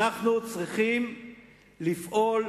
אנחנו צריכים לפעול,